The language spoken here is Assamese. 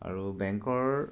আৰু বেংকৰ